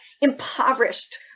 impoverished